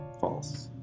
false